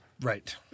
Right